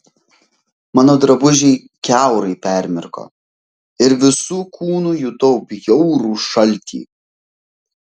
mano drabužiai kiaurai permirko ir visu kūnu jutau bjaurų šaltį